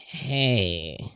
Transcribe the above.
Hey